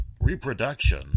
reproduction